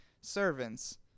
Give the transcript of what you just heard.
servants